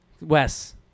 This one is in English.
Wes